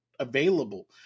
available